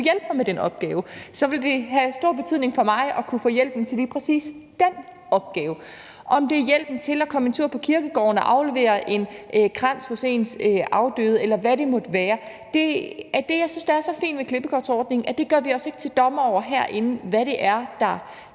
hjælpe mig med den opgave, og så ville det have stor betydning for mig at kunne få hjælp til lige præcis den opgave. Om det er hjælp til at komme en tur på kirkegården og aflevere en krans hos ens afdøde, eller hvad det måtte være, der betyder noget for den enkelte, gør vi os ikke til dommer over herinde, og det er det,